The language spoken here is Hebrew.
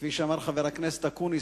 כפי שאמר חבר הכנסת אקוניס,